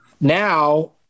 now